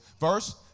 Verse